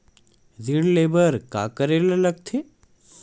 ऋण ले बर का करे ला लगथे?